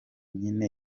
nyina